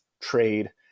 trade